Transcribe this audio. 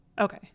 okay